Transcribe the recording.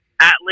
atlas